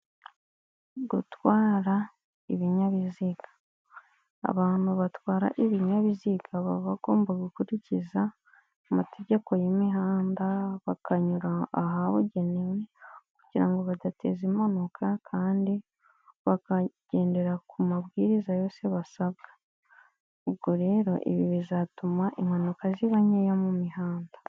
Gutwara ibinyabiziga, abantu batwara ibinyabiziga baba bagomba gukurikiza amategeko y'imihanda bakanyura ahabugenewe kugirango badateza impanuka kandi bakagendera ku mabwiriza yose basabwa, ubwo rero ibi bizatuma impanuka ziba nkeya mu mihanda.